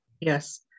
Yes